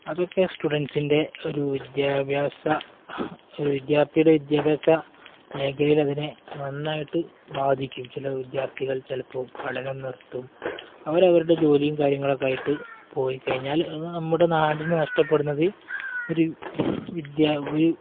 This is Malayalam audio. അതൊക്കെ സ്റ്റുഡൻസിൻ്റെ ഒരു വിദ്യാർത്ഥിയുടെ വിദ്യാഭ്യാസ മേഖലയെ അത് നന്നായിട്ട് ബാധിക്കും ചില വിദ്യാർത്ഥികൾ ചിലപ്പോള് പഠനം നിർത്തും അവര് അവരുടെ ജോലിയും കാര്യങ്ങളുമൊക്കെയായിട്ട് പോയിക്കഴിഞ്ഞാല് അത് നമ്മുടെ നാടിന് നഷ്ടപ്പെടുന്നത് ഒരു ഒരു